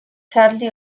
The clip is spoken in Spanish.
charly